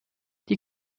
die